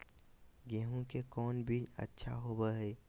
गेंहू के कौन बीज अच्छा होबो हाय?